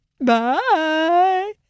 Bye